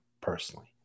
personally